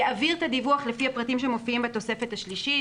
יעביר את הדיווח לפי הפרטים שמופיעים בתוספת השלישית